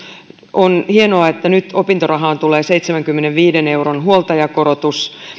on hienoa että nyt opintorahaan tulee seitsemänkymmenenviiden euron huoltajakorotus